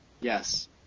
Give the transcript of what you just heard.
Yes